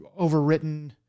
overwritten